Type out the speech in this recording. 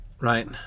Right